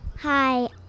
Hi